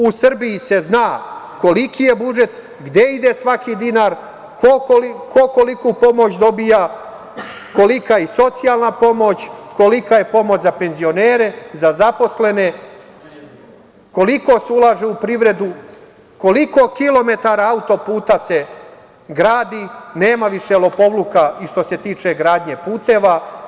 U Srbiji se zna koliki je budžet, gde ide svaki dinar, ko koliku pomoć dobija, kolika je socijalna pomoć, kolika je pomoć za penzionere, za zaposlene, koliko se ulaže u privredu, koliko kilometara auto-puta se gradi, nema više lopovluka i što se tiče gradnje puteva.